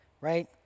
right